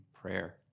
prayer